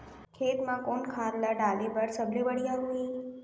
खेत म कोन खाद ला डाले बर सबले बढ़िया होही?